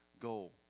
goal